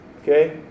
Okay